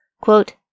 Quote